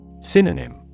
Synonym